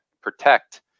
protect